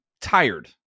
tired